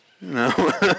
no